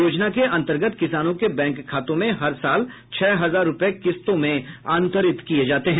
योजना के अंतर्गत किसानों के बैंक खातों में हर साल छह हजार रुपये किस्तों में अंतरित किए जाते हैं